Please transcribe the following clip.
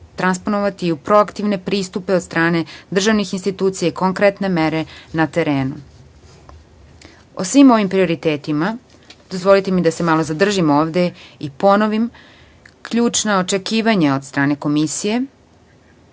transponovati i u proaktivne pristupe od strane državnih institucija i na konkretne mere na terenu.O svim ovim prioritetima, dozvolite mi da se malo zadržim ovde i da ponovim da su ključna očekivanja od strane Komisije,